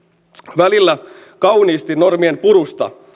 välillä kauniisti normien purusta